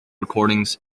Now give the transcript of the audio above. recordings